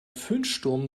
föhnsturm